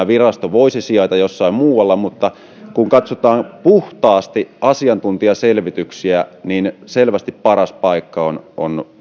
virasto voisi sijaita jossain muualla mutta kun katsotaan puhtaasti asiantuntijaselvityksiä niin selvästi paras sijaintipaikka on